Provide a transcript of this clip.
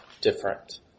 different